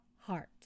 heart